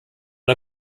der